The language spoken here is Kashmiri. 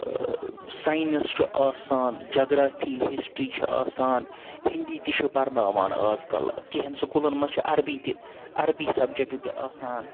ساینَس چھُ آسان جَگرافی ہِسٹرٛی چھِ آسان ہِندی تہِ چھُ پَرناوان اَز کَل کینٛہن سکوٗلَن مَنٛز چھِ عربی تہِ عربی سَبجَکٹ تہِ آسان